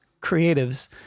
Creatives